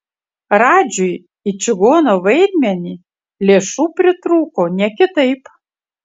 radžiui į čigono vaidmenį lėšų pritrūko ne kitaip